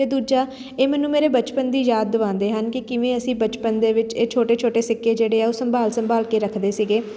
ਅਤੇ ਦੂਜਾ ਇਹ ਮੈਨੂੰ ਮੇਰੇ ਬਚਪਨ ਦੀ ਯਾਦ ਦਿਵਾਉਂਦੇ ਹਨ ਕਿ ਕਿਵੇਂ ਅਸੀਂ ਬਚਪਨ ਦੇ ਵਿੱਚ ਇਹ ਛੋਟੇ ਛੋਟੇ ਸਿੱਕੇ ਜਿਹੜੇ ਆ ਉਹ ਸੰਭਾਲ ਸੰਭਾਲ ਕੇ ਰੱਖਦੇ ਸੀਗੇ